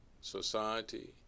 society